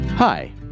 Hi